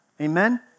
Amen